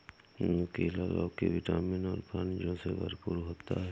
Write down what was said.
नुकीला लौकी विटामिन और खनिजों से भरपूर होती है